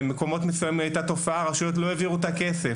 במקומות מסוימים הייתה תופעה שבה הרשויות לא העבירו את הכסף,